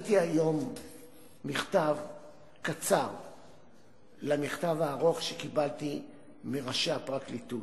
עניתי היום במכתב קצר על המכתב הארוך שקיבלתי מראשי הפרקליטות,